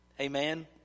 Amen